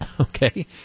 okay